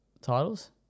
titles